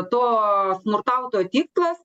to smurtautojo tikslas